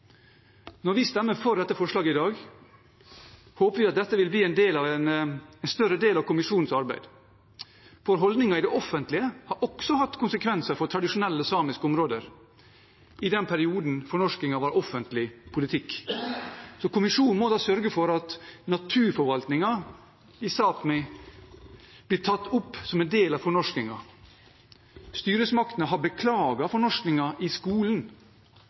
Når vi stemmer for dette forslaget i dag, håper vi at det vil bli en større del av kommisjonens arbeid. For holdningen i det offentlige har også hatt konsekvenser for tradisjonelle samiske områder i den perioden fornorskingen var offentlig politikk. Så kommisjonen må da sørge for at naturforvaltningen i Sápmi blir tatt opp som en del av fornorskingen. Styresmaktene har beklaget fornorskingen i skolen.